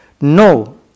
No